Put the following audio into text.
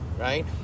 right